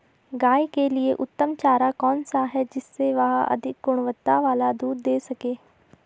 गाय के लिए उत्तम चारा कौन सा है जिससे वह अधिक गुणवत्ता वाला दूध दें सके?